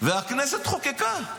והכנסת חוקקה,